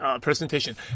presentation